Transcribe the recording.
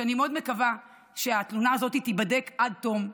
שאני מאוד מקווה שהתלונה הזאת תיבדק עד תום.